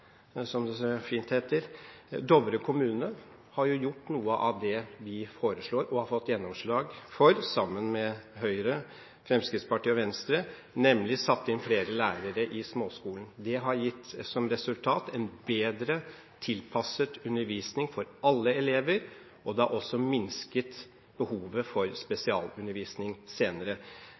som det så fint heter. Dovre kommune har gjort noe av det vi foreslår og har fått gjennomslag for, sammen med Høyre, Fremskrittspartiet og Venstre, nemlig satt inn flere lærere i småskolen. Det har gitt som resultat en bedre tilpasset undervisning for alle elever, og det har også minsket behovet for spesialundervisning senere.